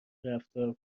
رفتار